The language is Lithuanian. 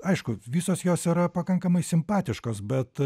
aišku visos jos yra pakankamai simpatiškos bet